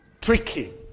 tricky